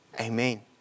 Amen